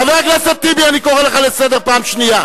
חבר הכנסת טיבי, אני קורא לך לסדר פעם שנייה.